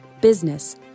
business